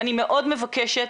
אני מאוד מבקשת,